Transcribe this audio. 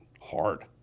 hard